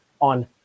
on